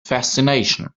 fascination